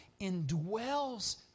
indwells